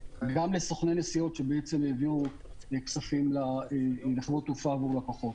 גם לסוכני נסיעות שהעבירו כספים לחברות תעופה עבור לקוחות.